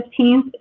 15th